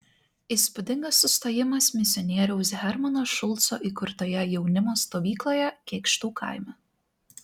įspūdingas sustojimas misionieriaus hermano šulco įkurtoje jaunimo stovykloje kėkštų kaime